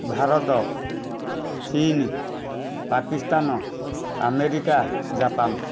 ଭାରତ ଚୀନ୍ Pakistan America Japan